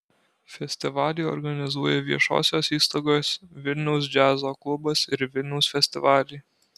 festivalį organizuoja viešosios įstaigos vilniaus džiazo klubas ir vilniaus festivaliai